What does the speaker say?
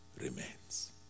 remains